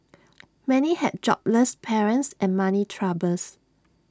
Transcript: many had jobless parents and money troubles